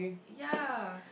ya